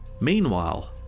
Meanwhile